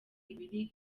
ibiri